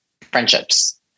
friendships